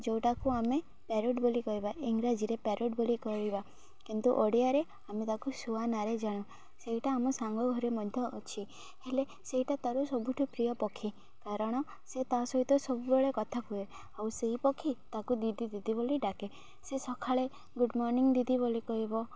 ଯେଉଁଟାକୁ ଆମେ ପ୍ୟରଟ୍ ବୋଲି କହିବା ଇଂରାଜୀରେ ପ୍ୟାରଟ୍ ବୋଲି କହିବା କିନ୍ତୁ ଓଡ଼ିଆରେ ଆମେ ତାକୁ ଶୁଆ ନାଁରେ ଜାଣୁ ସେଇଟା ଆମ ସାଙ୍ଗ ଘରେ ମଧ୍ୟ ଅଛି ହେଲେ ସେଇଟା ତାର ସବୁଠୁ ପ୍ରିୟ ପକ୍ଷୀ କାରଣ ସେ ତା' ସହିତ ସବୁବେଳେ କଥା କୁହେ ଆଉ ସେଇ ପକ୍ଷୀ ତାକୁ ଦିଦି ଦିଦି ବୋଲି ଡାକେ ସେ ସଖାଳେ ଗୁଡ଼ମର୍ଣ୍ଣିଂ ଦିଦି ବୋଲି କହିବ